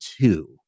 two